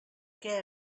què